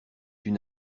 une